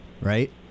Right